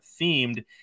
themed